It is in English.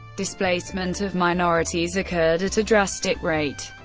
displacement of minorities occurred at a drastic rate.